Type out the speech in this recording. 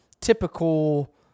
typical